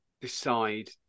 decide